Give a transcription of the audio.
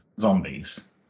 Zombies